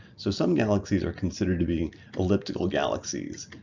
so some galaxies are considered to be elliptical galaxies,